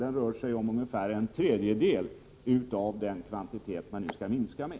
Det rör sig om ungefär en tredjedel av den kvantitet man nu skall minska med.